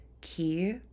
key